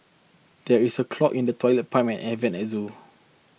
there is a clog in the Toilet Pipe and Air Vents at zoo